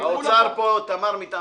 האוצר פה, תמר מתאמנת.